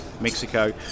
Mexico